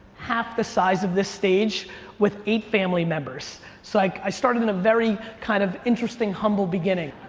half the size of this stage with eight family members. so like i started in a very kind of interesting, humble beginning.